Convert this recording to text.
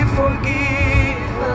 forgive